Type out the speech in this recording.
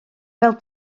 fel